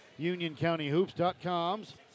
UnionCountyHoops.com's